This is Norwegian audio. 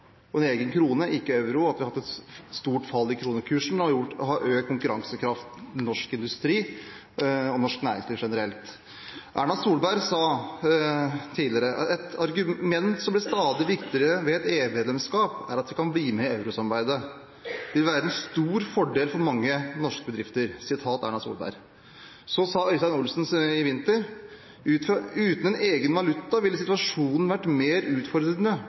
og en egen krone, ikke euro, at vi har hatt et stort fall i kronekursen og har økt konkurransekraften i norsk industri og norsk næringsliv generelt. Erna Solberg har tidligere sagt: «Et annet argument som blir stadig viktigere for meg er at ved EU-medlemskap kan vi også bli med i euro-samarbeidet. Det ville vært en stor fordel for mange norske bedrifter». Så sa sentralbanksjef Øystein Olsen i sin årstale i vinter: «Uten en egen valuta ville situasjonen vært mer utfordrende.